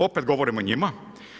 Opet govorim o njima.